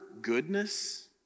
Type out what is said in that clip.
goodness